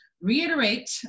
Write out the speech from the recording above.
reiterate